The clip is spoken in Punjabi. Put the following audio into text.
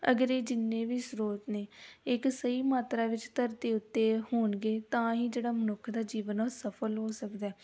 ਅਗਰ ਇਹ ਜਿੰਨੇ ਵੀ ਸਰੋਤ ਨੇ ਇੱਕ ਸਹੀ ਮਾਤਰਾ ਵਿੱਚ ਧਰਤੀ ਉੱਤੇ ਹੋਣਗੇ ਤਾਂ ਹੀ ਜਿਹੜਾ ਮਨੁੱਖ ਦਾ ਜੀਵਨ ਆ ਉਹ ਸਫ਼ਲ ਹੋ ਸਕਦਾ